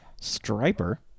Striper